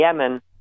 Yemen